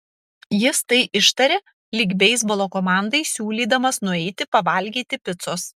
jis tai ištarė lyg beisbolo komandai siūlydamas nueiti pavalgyti picos